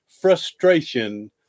frustration